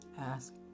Ask